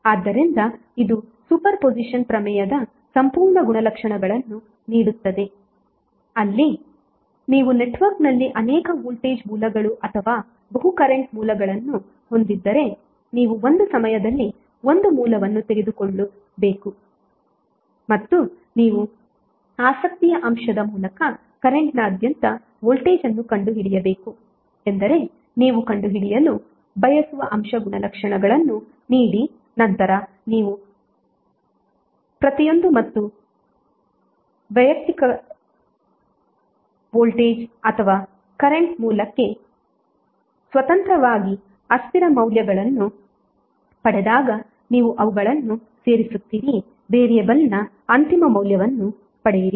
ಆದ್ದರಿಂದ ಇದು superposition ಪ್ರಮೇಯದ ಸಂಪೂರ್ಣ ಗುಣಲಕ್ಷಣಗಳನ್ನು ನೀಡುತ್ತದೆ ಅಲ್ಲಿ ನೀವು ನೆಟ್ವರ್ಕ್ ನಲ್ಲಿ ಅನೇಕ ವೋಲ್ಟೇಜ್ ಮೂಲಗಳು ಅಥವಾ ಬಹು ಕರೆಂಟ್ ಮೂಲಗಳನ್ನು ಹೊಂದಿದ್ದರೆ ನೀವು ಒಂದು ಸಮಯದಲ್ಲಿ 1 ಮೂಲವನ್ನು ತೆಗೆದುಕೊಳ್ಳಬೇಕು ಮತ್ತು ನಿಮ್ಮ ಆಸಕ್ತಿಯ ಅಂಶದ ಮೂಲಕ ಕರೆಂಟ್ ನಾದ್ಯಂತ ವೋಲ್ಟೇಜ್ ಅನ್ನು ಕಂಡುಹಿಡಿಯಬೇಕು ಎಂದರೆ ನೀವು ಕಂಡುಹಿಡಿಯಲು ಬಯಸುವ ಅಂಶ ಗುಣಲಕ್ಷಣಗಳನ್ನು ನೀಡಿ ನಂತರ ನೀವು ಪ್ರತಿಯೊಂದು ಮತ್ತು ವೈಯಕ್ತಿಕ ವೋಲ್ಟೇಜ್ ಅಥವಾ ಕರೆಂಟ್ ಮೂಲಕ್ಕೆ ಸ್ವತಂತ್ರವಾಗಿ ಅಸ್ಥಿರ ಮೌಲ್ಯವನ್ನು ಪಡೆದಾಗ ನೀವು ಅವುಗಳನ್ನು ಸೇರಿಸುತ್ತೀರಿ ವೇರಿಯೇಬಲ್ನ ಅಂತಿಮ ಮೌಲ್ಯವನ್ನು ಪಡೆಯಿರಿ